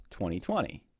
2020